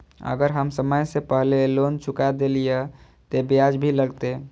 अगर हम समय से पहले लोन चुका देलीय ते ब्याज भी लगते?